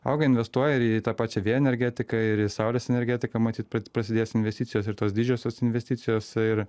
auga investuoja ir į tą pačią vėjo energetiką ir saulės energetiką matyt prasidės investicijos ir tos didžiosios investicijos ir